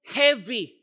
heavy